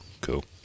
cool